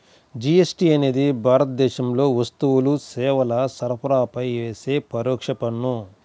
GST అనేది భారతదేశంలో వస్తువులు, సేవల సరఫరాపై యేసే పరోక్ష పన్ను